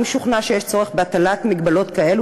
אם שוכנע שיש צורך בהטלת הגבלות כאלה